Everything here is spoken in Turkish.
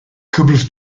kıbrıs